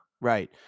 Right